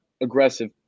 aggressive